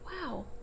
wow